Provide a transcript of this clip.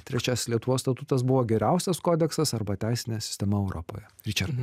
trečias lietuvos statutas buvo geriausias kodeksas arba teisinė sistema europoje ričardai